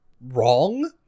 Wrong